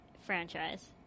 franchise